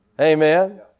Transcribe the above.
Amen